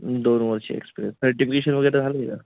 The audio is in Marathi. दोन वर्ष एक्सपिरीयन्स सर्टिफिकेशन वगैरे झालं आहे का